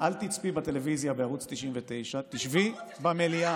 אל תצפי בטלוויזיה בערוץ 99. תשבי במליאה.